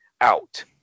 out